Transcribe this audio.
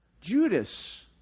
Judas